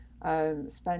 Spend